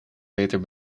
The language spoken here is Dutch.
beter